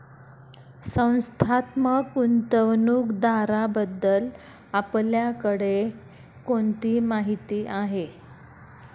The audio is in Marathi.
संस्थात्मक गुंतवणूकदाराबद्दल आपल्याकडे कोणती माहिती आहे?